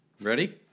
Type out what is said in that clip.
ready